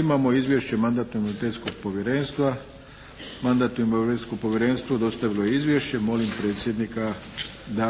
Imamo - Izvješća mandatno-imunitetnog povjerenstva Mandatno-imunitetno povjerenstvo dostavilo je izvješće. Molim predsjednika da